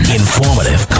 informative